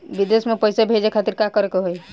विदेश मे पैसा भेजे खातिर का करे के होयी?